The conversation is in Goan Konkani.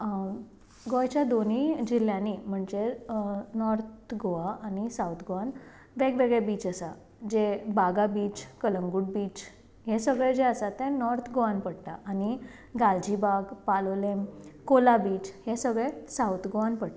गोंयच्या दोनीय जिल्ल्यांनी म्हणजे नोर्थ गोवान आनी सावथ गोवान वेगवेगळे बीच आसा जे बागा बीच कलंगूट बीच हे सगले आसा ते नोर्थ गोवान पडटा आनी गालजीबाग पालोलेम कोला बीच हे सगले सावथ गोवान पडटा